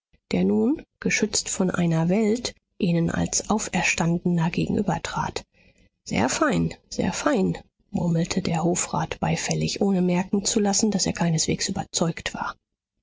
der nun geschützt von einer welt ihnen als auferstandener gegenübertrat sehr fein sehr fein murmelte der hofrat beifällig ohne merken zu lassen daß er keineswegs überzeugt war